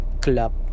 club